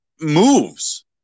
moves